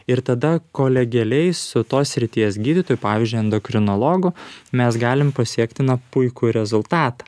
ir tada kolegialiai su tos srities gydytoju pavyzdžiui endokrinologu mes galim pasiekti na puikų rezultatą